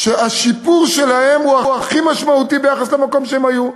שהשיפור שלהן הוא הכי משמעותי ביחס למקום שבו הן היום.